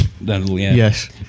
Yes